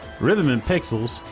rhythmandpixels